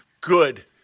good